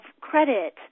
credit